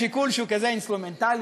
שיקול שהוא כזה אינסטרומנטלי,